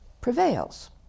prevails